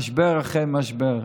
במשבר אחרי משבר.